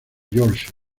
yorkshire